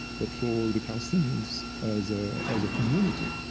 but for the palestinians as ah as a community,